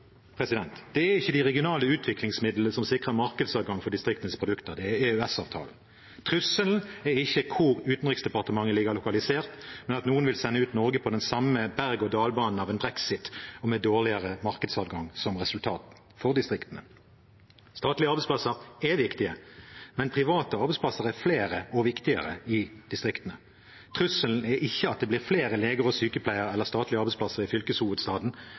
det er ikke de regionale utviklingsmidlene som sikrer markedsadgang for distriktenes produkter; det er EØS-avtalen. Trusselen er ikke hvor Utenriksdepartementet er lokalisert, men at noen vil sende ut Norge på den samme berg- og dalbanen av en brexit, og med dårligere markedsadgang for distriktene som resultat. Statlige arbeidsplasser er viktige, men private arbeidsplasser er flere – og viktigere – i distriktene. Trusselen er ikke at det blir flere leger og sykepleiere eller statlige arbeidsplasser i fylkeshovedstaden,